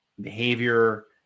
behavior